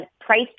price